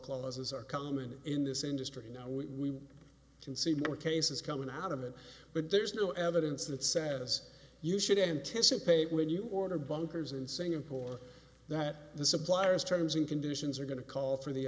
clauses are common in this industry now we can see more cases coming out of it but there's no evidence that says you should anticipate when you order bunkers in singapore that the suppliers terms and conditions are going to call for the